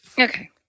Okay